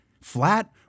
Flat